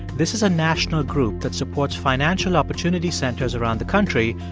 this is a national group that supports financial opportunity centers around the country,